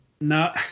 No